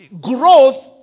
Growth